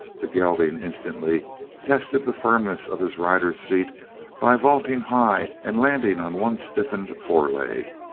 the gelding instantly tested the firmness of his rider's seat by vaulting high and landing on one stiffened foreleg.